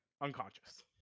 unconscious